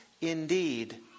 indeed